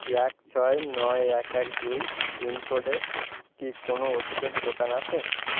এক ছয় নয় এক এক দুই পিনকোডে কি কোনও ওষুধের দোকান আছে